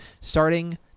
starting